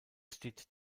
steht